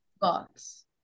box